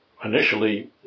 Initially